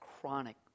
chronic